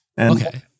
Okay